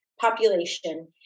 population